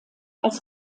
als